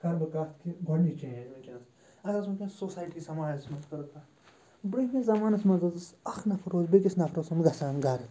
کَرٕ بہٕ کَتھ کہِ گۄڈنِچ چینٛج وٕنۍکٮ۪نَس اگر حظ وٕنۍکٮ۪ن سوسایٹی سَماجَس منٛز کرو کَتھ برُنٛہمِس زَمانَس منٛز حظ اوس اَکھ نفَر اوس بیٚکِس نفرٕ سُنٛد گژھان گَرٕ